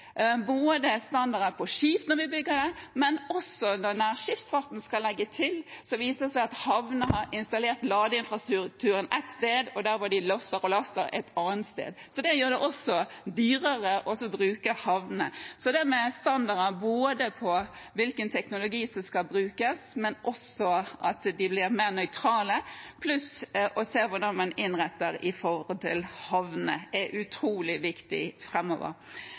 standarder på skip når de bygges, men også når skipene i nærtrafikk skal legge til, viser det seg at havnene har installert ladeinfrastrukturen ett sted mens de må losse og laste et annet sted. Det gjør det også dyrere å bruke havnene. Så det med standardene på teknologien som skal brukes, men også at de blir mer nøytrale, pluss å se på hvordan man innretter det i havnene, er utrolig viktig